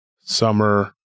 summer